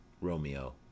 Romeo